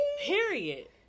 Period